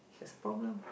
that's problem